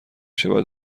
شود